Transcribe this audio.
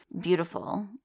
beautiful